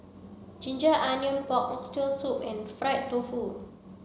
ginger onions pork oxtail soup and fried tofu